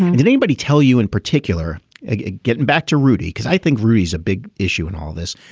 did anybody tell you in particular getting back to rudy. because i think rudy's a big issue in all this.